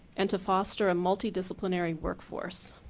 and to foster a multidisciplinary workforce.